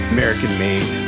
American-made